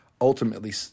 ultimately